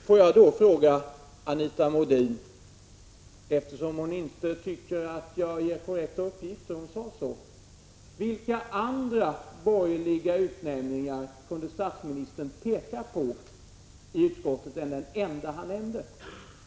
Fru talman! Jag vill ställa en fråga till Anita Modin, eftersom hon inte tycker att jag ger korrekta uppgifter. Vilka andra borgerliga utnämningar kunde statsministern peka på i utskottet, förutom den enda han nämnde?